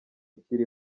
kiri